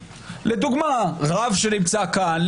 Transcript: לדוגמה רב שנמצא כאן,